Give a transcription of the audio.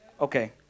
Okay